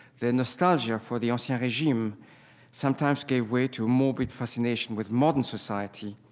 their nostalgia for the ancien regime sometimes gave way to morbid fascination with modern society,